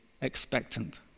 expectant